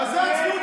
תסתלק,